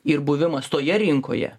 ir buvimas toje rinkoje